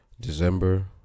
December